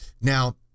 Now